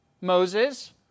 Moses